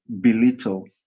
belittle